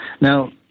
Now